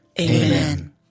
Amen